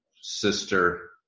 sister